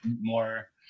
more